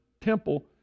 temple